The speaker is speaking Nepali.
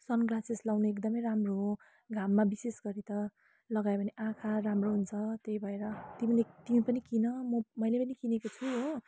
सन ग्लासेस लगाउन एकदम राम्रो हो घाममा विशेष गरी त लगायो भने आँखा राम्रो हुन्छ त्यही भएर तिमीले तिमी पनि किन म मैले पनि किनेको छु हो